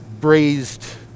braised